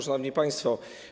Szanowni Państwo.